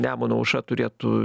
nemuno aušra turėtų